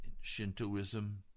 Shintoism